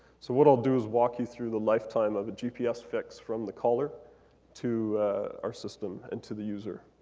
so what i'll do is walk you through the lifetime of a gps fix from the collar to our system and to the user.